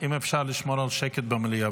אם אפשר לשמור על השקט במליאה,